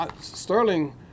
Sterling